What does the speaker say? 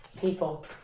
people